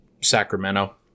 Sacramento